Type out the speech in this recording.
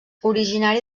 originari